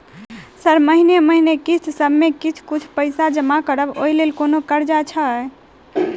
Sir महीने महीने किस्तसभ मे किछ कुछ पैसा जमा करब ओई लेल कोनो कर्जा छैय?